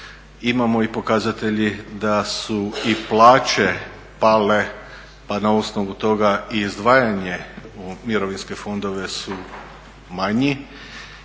imamo i pokazatelje da su i plaće pale pa na osnovu toga i izdvajanje u mirovinske fondove su manji